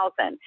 2000